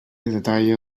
detalla